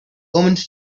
omens